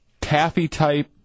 taffy-type